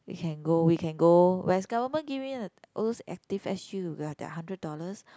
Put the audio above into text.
we can go we can go where's government give me those active S_G with the hundred dollars